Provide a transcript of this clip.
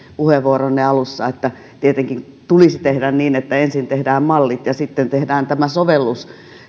puheenvuoronne alussa että tietenkin tulisi tehdä niin että ensin tehdään mallit ja sitten tehdään sovellus